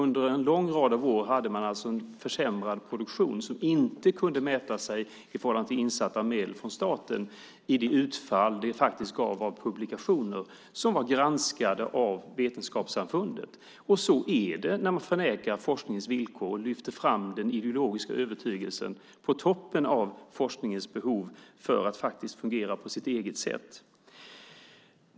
Under en lång rad av år hade man en försämrad produktion vars utfall i form av publikationer, granskade av vetenskapssamfundet, inte stod i proportion till de insatta medlen från staten. Så är det när man förnekar forskningens villkor och lyfter fram den ideologiska övertygelsen framför forskningens behov av att fungera på sitt eget sätt.